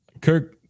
Kirk